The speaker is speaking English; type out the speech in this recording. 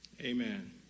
Amen